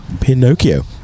pinocchio